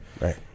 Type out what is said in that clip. right